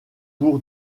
pour